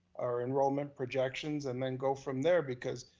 our enrollment projections, and then go from there because.